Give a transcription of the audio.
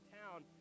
town